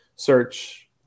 Search